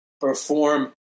perform